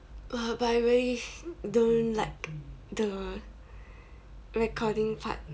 !wah! but I really don't like the recording part